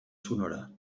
sonora